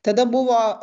kada buvo